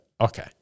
okay